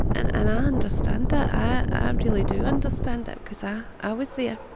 and and i understand that. i really do understand that because i i was there